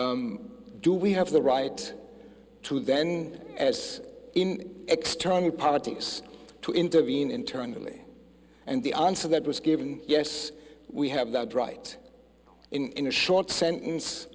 was do we have the right to then as in external parties to intervene internally and the answer that was given yes we have that right in a short sentence